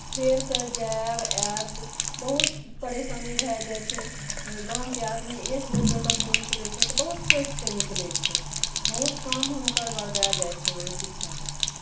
फेरसँ जायब आयब बहुत परेशानी भए जाइ छै गाँवके आदमी एकबेर जे कतहु निकलै छै तऽ बहुत सोचि कऽ निकलै छै बहुत काम हुनकर बरदाए जाइत छै ओहि पीछाँ